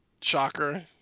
Shocker